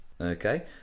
Okay